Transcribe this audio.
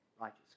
righteous